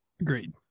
Agreed